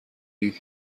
you